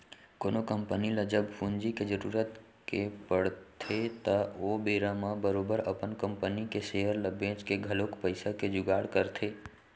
कोनो कंपनी ल जब पूंजी के जरुरत के पड़थे त ओ बेरा म बरोबर अपन कंपनी के सेयर ल बेंच के घलौक पइसा के जुगाड़ करथे